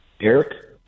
Eric